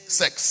sex